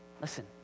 Listen